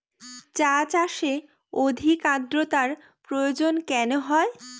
চা চাষে অধিক আদ্রর্তার প্রয়োজন কেন হয়?